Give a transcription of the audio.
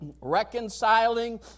Reconciling